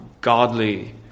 godly